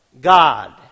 God